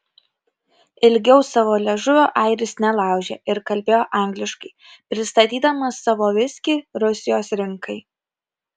ilgiau savo liežuvio airis nelaužė ir kalbėjo angliškai pristatydamas savo viskį rusijos rinkai